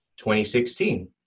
2016